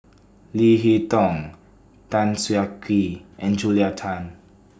Leo Hee Tong Tan Siah Kwee and Julia Tan